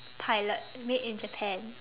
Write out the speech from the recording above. pilot made in japan